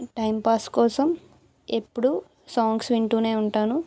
timepass కోసం ఎప్పుడు songs వింటు ఉంటాను